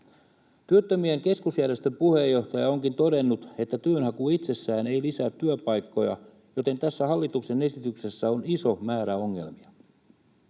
Työttömien Keskusjärjestön puheenjohtaja onkin todennut, että työnhaku itsessään ei lisää työpaikkoja, joten tässä hallituksen esityksessä on iso määrä ongelmia.